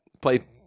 Play